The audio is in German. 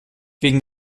wegen